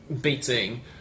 beating